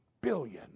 billion